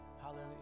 Hallelujah